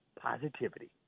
Positivity